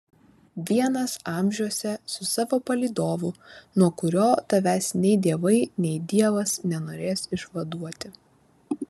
vienas amžiuose su savo palydovu nuo kurio tavęs nei dievai nei dievas nenorės išvaduoti